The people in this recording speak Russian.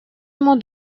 ему